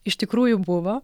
iš tikrųjų buvo